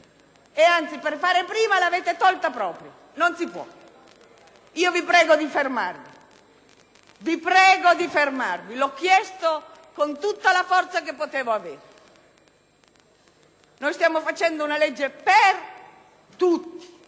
Anzi, per fare prima, l'avete tolta proprio. Non si può. Vi prego di fermarvi, vi prego di fermarvi! L'ho chiesto con tutta la forza che avevo. Noi stiamo predisponendo una legge per tutti.